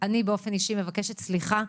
אני באופן אישי מבקשת סליחה.